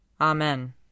Amen